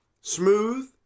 Smooth